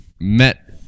met